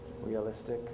realistic